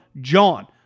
JOHN